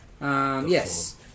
Yes